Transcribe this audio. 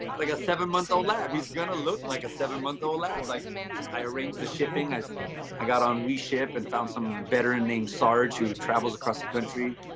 like, a seven month old lab. he's going to look like a seven month old lab, like i arranged the shipping as i got on. we ship and found some veteran named sarge who travels across the country.